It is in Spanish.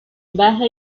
baja